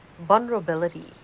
vulnerability